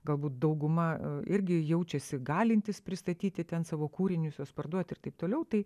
galbūt dauguma irgi jaučiasi galintys pristatyti ten savo kūrinius juos parduoti ir taip toliau tai